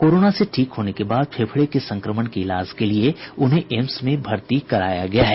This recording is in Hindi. कोरोना से ठीक होने के बाद फेफड़े के संक्रमण के इलाज के लिये उन्हें एम्स में भर्ती कराया गया था